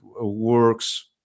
works